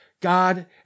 God